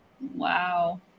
Wow